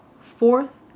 Fourth